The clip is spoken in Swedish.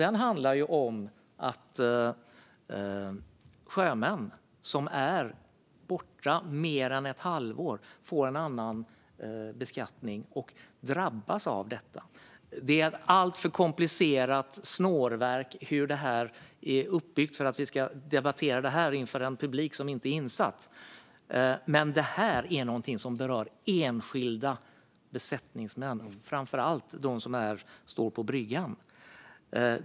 Den handlar om att en sjöman som är borta mer än ett halvår får en annan beskattning och drabbas av detta. Hur detta är uppbyggt är ett alltför komplicerat snårverk för att vi ska debattera det här inför en publik som inte är insatt, men det här är någonting som berör enskilda besättningsmän, framför allt dem som står på bryggan.